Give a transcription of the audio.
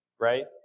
right